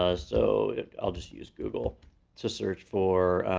ah so i'll just use google to search for